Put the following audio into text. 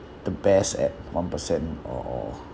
the best at one percent or or